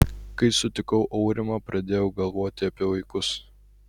kai sutikau aurimą pradėjau galvoti apie vaikus